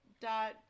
dot